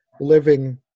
living